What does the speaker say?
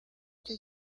cyo